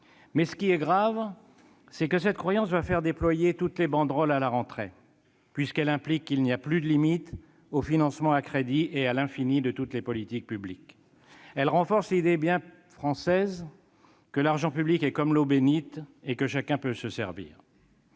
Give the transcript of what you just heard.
ce qui est grave, c'est que cette croyance va faire déployer toutes les banderoles à la rentrée, puisqu'elle implique qu'il n'y a plus de limite au financement à crédit et à l'infini de toutes les politiques publiques. Elle renforce l'idée bien française que l'argent public est comme l'eau bénite et que chacun peut se servir.